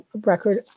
record